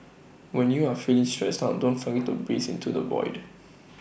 when you are feeling stressed out don't forget to breathe into the void